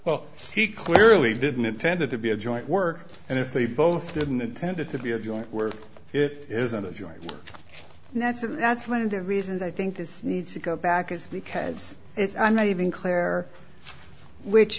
well he clearly didn't intended to be a joint work and if they both didn't intend it to be a joint where it isn't a joint and that's it that's one of the reasons i think this needs to go back is because it's i'm not even clear which